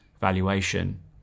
valuation